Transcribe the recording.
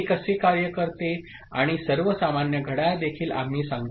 हे कसे कार्य करते आणि सर्व सामान्य घड्याळ देखील आम्ही सांगू